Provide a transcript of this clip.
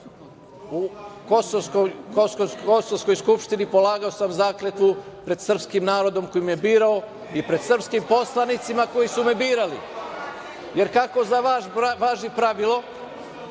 u kosovskoj skupštini, polagao sam zakletvu pred srpskim narodom koji me je birao i pred srpskim poslanicima koji su me birali. Jer, kako za vas važi pravilo,